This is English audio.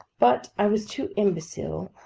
but i was too imbecile,